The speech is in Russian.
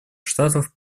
штатов